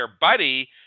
buddy